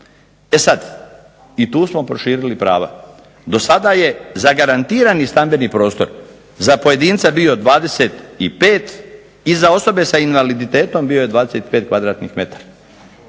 E sad, i tu smo proširili prava. Dosada je zagarantirani stambeni prostor za pojedinca bio 25 i za osobe sa invaliditetom bio je 25 kvadratnih metara.